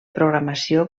programació